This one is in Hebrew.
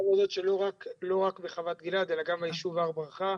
לא רק בחוות גלעד אלא גם ביישוב הר ברכה.